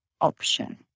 option